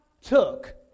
took